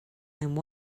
and